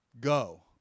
Go